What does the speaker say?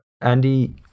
Andy